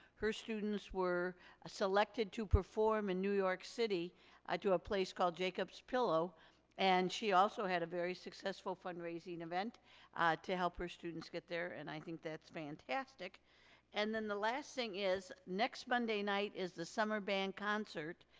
her students were selected to perform in new york city to a place called jacob's pillow and she also had a very successful fundraising event to help her students get there and i think that's fantastic and then the last thing is next monday night is the summer band concert,